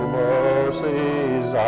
mercies